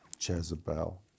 Jezebel